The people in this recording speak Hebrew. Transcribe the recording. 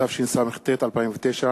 התשס"ט 2009,